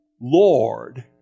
Lord